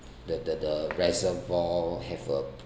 the the the reservoir have a